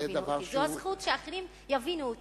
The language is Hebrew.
זו הזכות שאחרים יבינו אותי,